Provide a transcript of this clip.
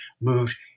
moved